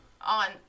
On